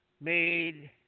made